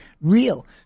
real